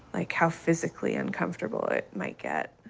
like, how physically uncomfortable it might get